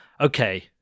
Okay